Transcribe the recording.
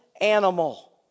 animal